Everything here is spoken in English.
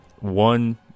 One